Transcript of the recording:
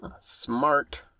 Smart